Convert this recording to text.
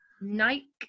Nike